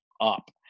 up